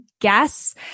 guess